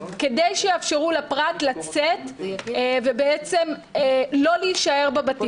כדי שיאפשרו לפרט לצאת ובעצם לא להשאר בבתים.